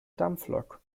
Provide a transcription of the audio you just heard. dampflok